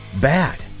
bad